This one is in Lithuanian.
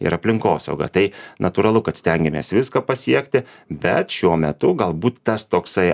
ir aplinkosauga tai natūralu kad stengiamės viską pasiekti bet šiuo metu galbūt tas toksai